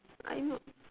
I know